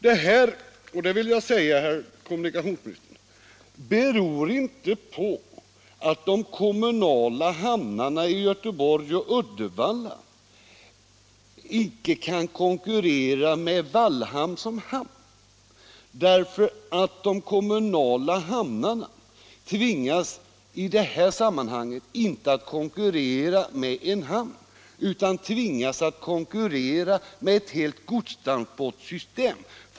Detta = sendet, m.m. beror inte på att de kommunala hamnarna i Göteborg och Uddevalla icke kan konkurrera med Wallhamn som hamn. De kommunala hamnarna tvingas i det här fallet att konkurrera inte bara med en hamn utan med ett helt godstransportsystem.